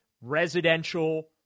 residential